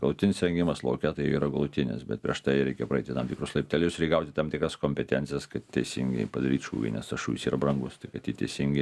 galutinis rengimas lauke tai yra galutinis bet prieš tai reikia praeiti tam tikrus laiptelius ir įgauti tam tikras kompetencijas kad teisingai padaryt šūvį nes tas šūvis yra brangus tai kad jį teisingai